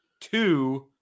two